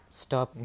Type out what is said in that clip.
stop